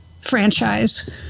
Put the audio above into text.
franchise